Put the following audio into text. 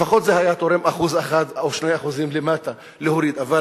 לפחות זה היה תורם 1% או 2% להורדה למטה.